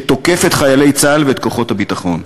שתוקף את חיילי צה"ל ואת כוחות הביטחון.